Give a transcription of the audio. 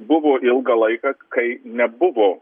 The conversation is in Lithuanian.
buvo ilgą laiką kai nebuvo